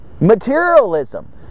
Materialism